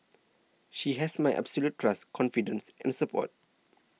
she has my absolute trust confidence and support